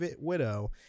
Widow